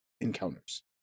encounters